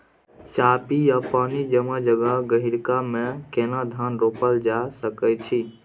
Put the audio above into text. चापि या पानी जमा जगह, गहिरका मे केना धान रोपल जा सकै अछि?